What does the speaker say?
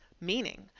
meaning